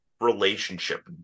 relationship